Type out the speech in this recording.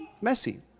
messy